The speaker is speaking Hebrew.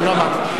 לא אמרת.